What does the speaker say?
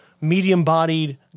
medium-bodied